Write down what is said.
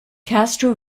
castro